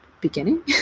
beginning